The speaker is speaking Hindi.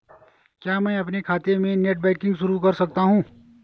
क्या मैं अपने खाते में नेट बैंकिंग शुरू कर सकता हूँ?